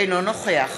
אינו נוכח